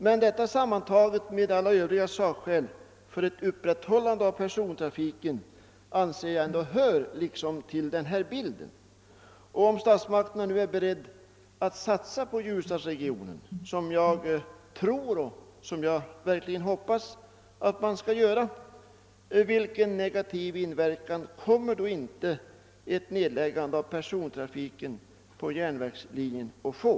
Men denna hör, tillsammans med alla övriga sakskäl för upprätthållande av persontrafiken, ändå till bilden. Om statsmakterna nu är redo att satsa på Ljusdalsregionen, vilket jag tror och verkligen hoppas att man skall göra, vilken negativ inverkan kommer då inte ett nedläggande av persontrafiken på järnvägslinjen att få?